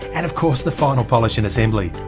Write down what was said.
and of course the final polish and assembly.